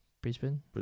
Brisbane